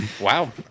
Wow